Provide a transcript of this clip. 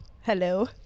Hello